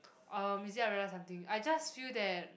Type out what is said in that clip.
uh is it I realise something I just feel that